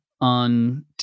on